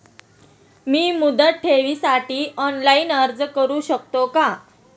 मी मुदत ठेवीसाठी ऑनलाइन अर्ज करू शकतो का?